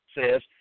says